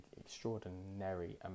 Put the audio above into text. extraordinary